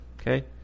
Okay